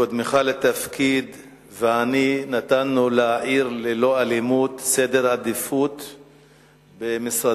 קודמך לתפקיד ואני נתנו ל"עיר ללא אלימות" עדיפות במשרדינו,